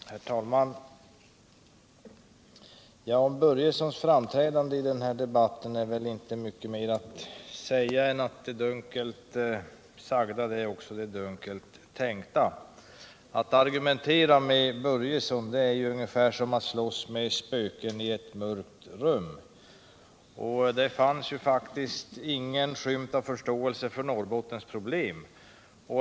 Herr talman! Om Fritz Börjessons framträdande i denna debatt är det väl inte mycket mer att säga än att det dunkelt sagda också är det dunkelt tänkta. Att argumentera med herr Börjesson är ungefär som att slåss med spöken i ett mörkt rum, och det fanns hos honom faktiskt ingen skymt av förståelse för Norrbottens problem.